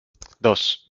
dos